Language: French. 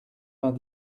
vingt